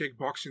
kickboxing